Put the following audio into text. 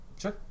Sure